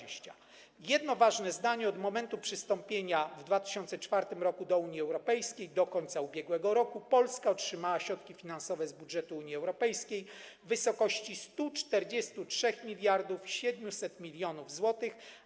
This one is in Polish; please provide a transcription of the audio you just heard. Jedno ważne zdanie: od momentu przystąpienia w 2004 r. do Unii Europejskiej do końca ubiegłego roku Polska otrzymała środki finansowe z budżetu Unii Europejskiej w wysokości 143 700 mln zł.